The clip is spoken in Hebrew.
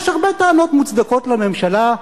יש הרבה טענות מוצדקות על הממשלה,